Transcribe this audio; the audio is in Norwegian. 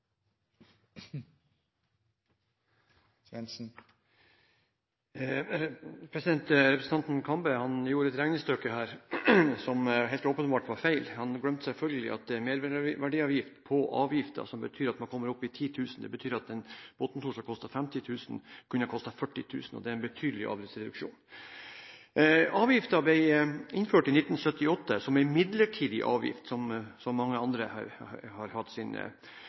gjorde et regnestykke her som helt åpenbart var feil. Han glemte selvfølgelig at det er merverdiavgift på avgifter, noe som betyr at man kommer opp i 10 000 kr her. Det betyr at en båtmotor som kostet 50 000 kr, kunne ha kostet 40 000 kr. Det er en betydelig avgiftsreduksjon. Avgiften ble innført i 1978 som en midlertidig avgift, som så mange andre,